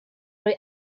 rhoi